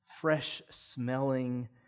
fresh-smelling